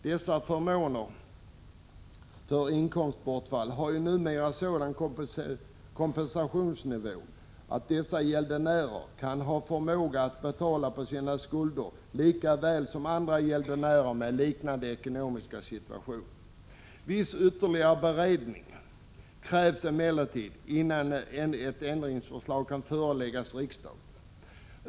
Dessa förmåner för inkomstbortfall har ju numera sådan kompensationsnivå att dessa gäldenärer kan ha förmåga att betala sina skulder lika väl som andra gäldenärer med liknande ekonomisk situation. Viss ytterligare beredning krävs emellertid innan ett ändringsförslag kan föreläggas riksdagen.